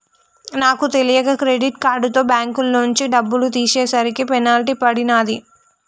నాకు తెలియక క్రెడిట్ కార్డుతో బ్యేంకులోంచి డబ్బులు తీసేసరికి పెనాల్టీ పడినాది